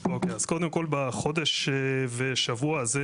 אז נתנו שירות בחודש והשבוע הזה